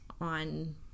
on